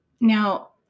Now